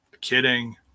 Kidding